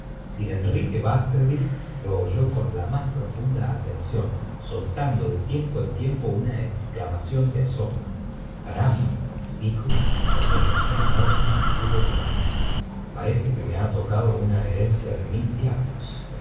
sir enrique baskerville lo oyó con la más profunda atención soltando de tiempo en tiempo una exclamación de asombro caramba i dijocuando el doctor mortimer hubo terminado parece que me ha tocado una herencia de mil diablos